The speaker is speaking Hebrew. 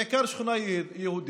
בעיקר שכונה יהודית,